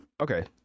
Okay